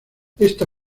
esta